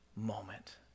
Moment